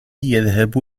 يذهب